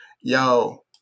Yo